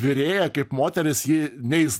virėja kaip moteris ji neis